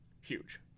huge